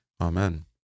Amen